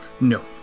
No